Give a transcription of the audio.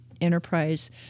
enterprise